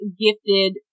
gifted